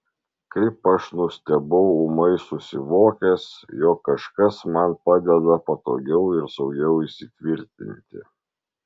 kaip aš nustebau ūmai susivokęs jog kažkas man padeda patogiau ir saugiau įsitvirtinti